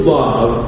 love